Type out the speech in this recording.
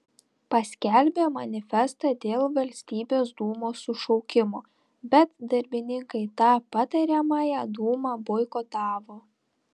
paskelbė manifestą dėl valstybės dūmos sušaukimo bet darbininkai tą patariamąją dūmą boikotavo